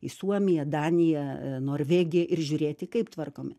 į suomiją daniją norvegiją ir žiūrėti kaip tvarkomi